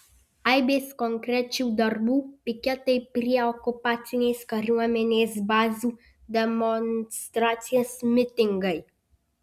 aibės konkrečių darbų piketai prie okupacinės kariuomenės bazių demonstracijos mitingai